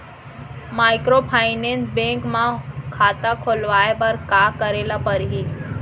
Microfinance bank म खाता खोलवाय बर का करे ल परही?